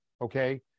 okay